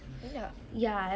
ya